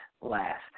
last